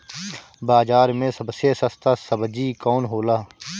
बाजार मे सबसे सस्ता सबजी कौन होला?